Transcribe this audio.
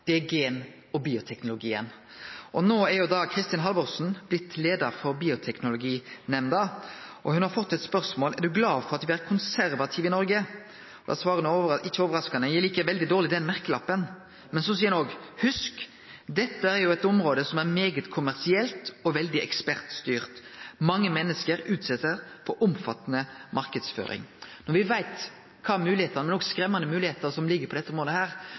Det er gen- og bioteknologien. No er Kristin Halvorsen blitt leiar for Bioteknologinemnda, og ho har fått spørsmål om ho er glad for at me er konservative i Noreg. Da har ho – ikkje overraskande – svart at ho liker den merkelappen veldig dårleg, men ho seier også at me må hugse at dette er eit område som er svært kommersielt og veldig ekspertstyrt, og at mange menneske blir utsette for omfattande marknadsføring. Når me veit kva for moglegheiter – men òg skremmande moglegheiter – som ligg på dette området,